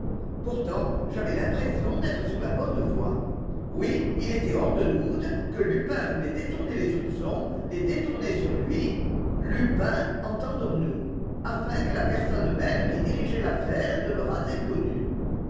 pourtant j'avais l'impression d'être sur la bonne voie oui il était hors de doute que lupin voulait détourner les soupçons les détourner sur lui lupin entendons-nous afin que la personne même qui dirigeait l'affaire demeurât inconnue